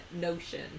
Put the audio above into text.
notion